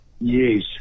Yes